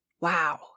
Wow